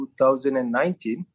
2019